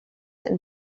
and